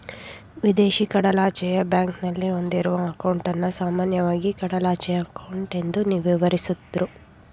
ವಿದೇಶಿ ಕಡಲಾಚೆಯ ಬ್ಯಾಂಕ್ನಲ್ಲಿ ಹೊಂದಿರುವ ಅಂಕೌಟನ್ನ ಸಾಮಾನ್ಯವಾಗಿ ಕಡಲಾಚೆಯ ಅಂಕೌಟ್ ಎಂದು ವಿವರಿಸುದ್ರು